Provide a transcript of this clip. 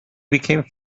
became